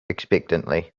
expectantly